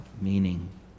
meaning